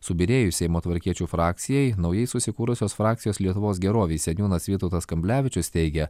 subyrėjus seimo tvarkiečių frakcijai naujai susikūrusios frakcijos lietuvos gerovei seniūnas vytautas kamblevičius teigia